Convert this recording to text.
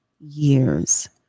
years